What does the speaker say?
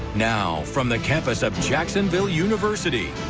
now from the campus of jacksonville university,